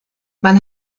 man